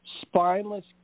spineless